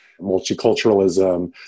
multiculturalism